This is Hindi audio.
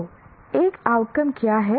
तो एक आउटकम क्या है